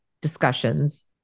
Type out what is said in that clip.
discussions